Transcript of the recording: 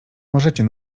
możecie